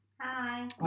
Hi